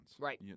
right